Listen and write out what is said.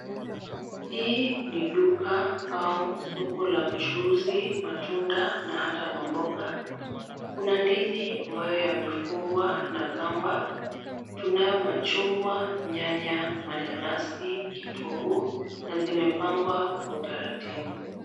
Hii ni duka au soko la mchuuzi, matunda na hata mamboga. Kuna ndizi ambayo yamefungwa na kamba. Tunayo machungwa, nyanya, mananasi, kitunguu na zimepangwa kwa utaratibu.